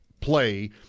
play